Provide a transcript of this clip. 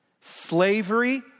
slavery